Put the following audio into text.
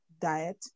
diet